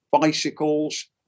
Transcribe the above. bicycles